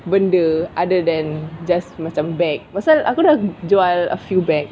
benda other than just macam bag pasal aku nak jual a few bags